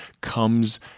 comes